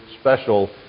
special